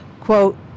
quote